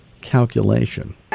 calculation